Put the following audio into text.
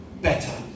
better